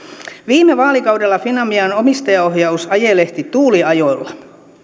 viime vaalikaudella finavian omistajaohjaus ajelehti tuuliajolla